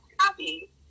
happy